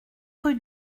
rue